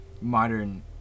modern